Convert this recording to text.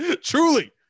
Truly